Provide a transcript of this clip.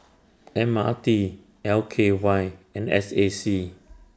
M R T L K Y and S A C